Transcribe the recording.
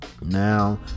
Now